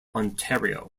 ontario